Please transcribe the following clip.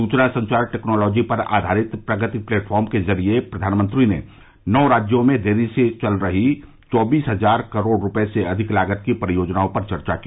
सूचना संचार टेक्नोलॉजी पर आवारित प्रगति प्लेटफॉर्म के जरिए प्रधानमंत्री ने नौ राज्यों में देरी से चल रही चौबीस हजार करोड़ रुपये से अधिक लागत की परियोजनाओं पर चर्चा की